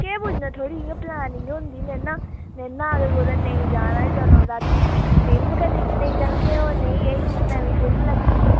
केह् पुज्जना थोह्ड़ी इयां पलैनिंग होंदी नेईं ना नेईं ना अगर कुतै नेईं जाना होवे ते चलो रातीं फिल्म गै दिक्खने गी चलगे होर नेईं किश नमीं फिल्म लग्गी दी